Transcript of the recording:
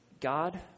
God